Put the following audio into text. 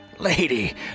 Lady